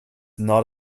not